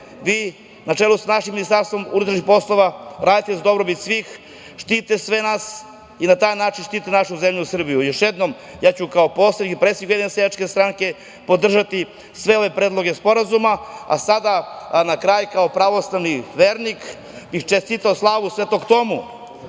vi, na čelu sa našim Ministarstvom unutrašnjih poslova radite za dobrobit svih, štitite sve nas i na taj način štitite našu zemlju Srbiju. Još jednom, ja ću kao poslanik i predsednik Ujedinjene seljačke stranke podržati sve predloge sporazuma. Na kraju, kao pravoslavni vernik, čestitao bih slavu Svetog Tomu.